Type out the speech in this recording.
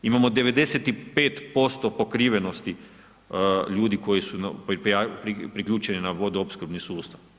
Imamo 95% pokrivenosti ljudi koji su priključeni na vodoopskrbni sustav.